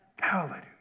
Hallelujah